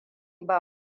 ba